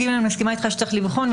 (ג) אני מסכימה שצריך לבחון,